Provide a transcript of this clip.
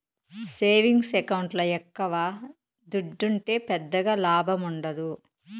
savings ఎకౌంట్ల ఎక్కవ దుడ్డుంటే పెద్దగా లాభముండదు